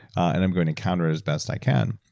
and i'm going to counter as best i can.